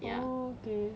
oh okay